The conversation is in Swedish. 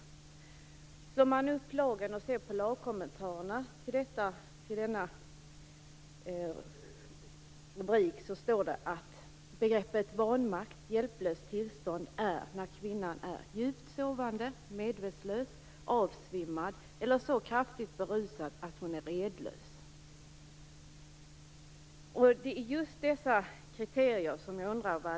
Slår man upp lagen och ser på lagkommentarerna till denna rubrik ser man att det står att begreppen vanmakt och hjälplöst tillstånd innebär att kvinnan är djupt sovande, medvetslös, avsvimmad eller så kraftigt berusad att hon är redlös. Det är just dessa kriterier som jag undrar över.